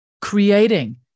creating